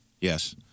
Yes